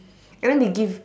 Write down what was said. and then they give